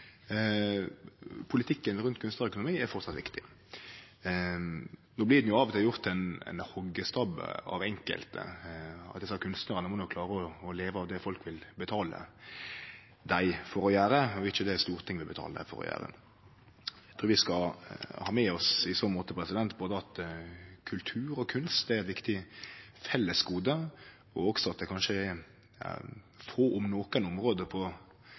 politikken rundt kunstnarøkonomi er framleis viktig. No blir den av og til gjort til ein hoggestabbe av enkelte at desse kunstnarane må klare å leve av det folk vil betale dei for å gjere, og ikkje det Stortinget vil betale dei for å gjere. Eg trur vi skal ha med oss i så måte at både kultur og kunst er viktige fellesgode, og også at det kanskje er få, om noko, område på